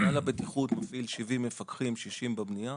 מנהל הבטיחות מפעיל 70 מפקחים, 60 בבנייה.